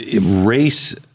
race